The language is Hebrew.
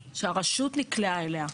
שהרשות נקלעה אליה.